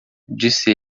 disse